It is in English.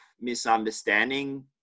misunderstanding